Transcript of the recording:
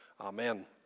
Amen